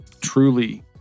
truly